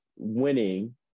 Winning